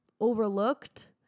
overlooked